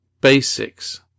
basics